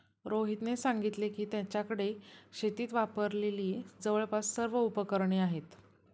रोहितने सांगितले की, त्याच्याकडे शेतीत वापरलेली जवळपास सर्व उपकरणे आहेत